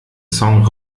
song